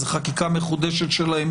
זה חקיקה מחודשת שלה,